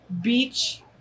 beach